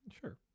Sure